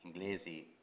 inglesi